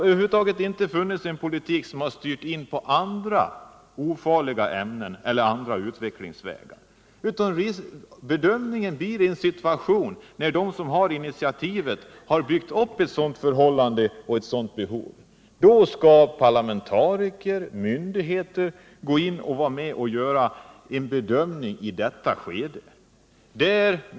Över huvud taget har man inte försökt styra över till en användning av andra, ofarliga ämnen eller slå in på andra utvecklingsvägar. De som har initiativet på detta område har byggt upp behovet av dessa medel. Först i detta skede kommer parlamentariker och myndigheter med i bedömningen av riskerna med dessa medel.